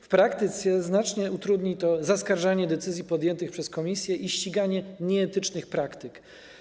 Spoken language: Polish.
W praktyce znacznie utrudni to zaskarżanie decyzji podjętych przez komisje i ściganie nieetycznych praktyk.